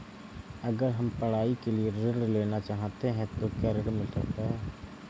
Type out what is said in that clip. अगर हम पढ़ाई के लिए ऋण लेना चाहते हैं तो क्या ऋण मिल सकता है?